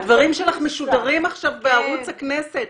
הדברים שלך משודרים עכשיו בערוץ הכנסת.